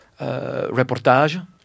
reportage